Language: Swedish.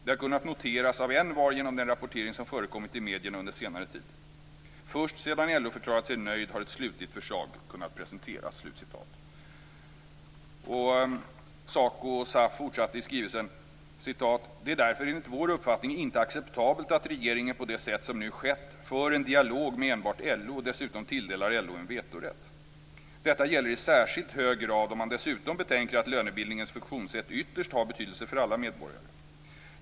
Det har kunnat noteras av envar genom den rapportering som förekommit i medierna under senare tid. Först sedan LO förklarat sig nöjd har ett slutligt förslag kunnat presenteras." SACO och SAF fortsatte i skrivelsen: "Det är därför enligt vår uppfattning inte acceptabelt att regeringen på det sätt som nu skett för en dialog med enbart LO och dessutom tilldelar LO en vetorätt. Detta gäller i särskilt hög grad om man dessutom betänker att lönebildningens funktionssätt ytterst har betydelse för alla medborgare.